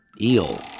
Eel